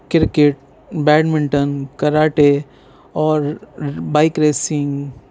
cricket badminton karate اور bike racing